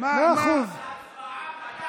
ההצבעה מתי?